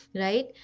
right